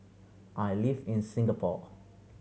I live in Singapore